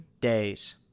days